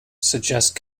suggest